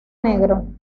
negro